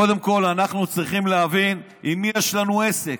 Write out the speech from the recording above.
קודם כול אנחנו צריכים להבין עם מי יש לנו עסק.